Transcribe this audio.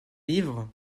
livre